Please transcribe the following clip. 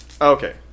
Okay